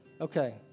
Okay